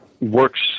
works